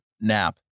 nap